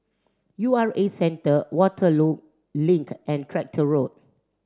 U R A Centre Waterloo Link and Tractor Road